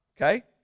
okay